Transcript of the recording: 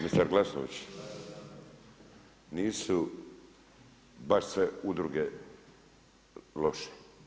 Mister Glasnović, nisu baš sve udruge loše.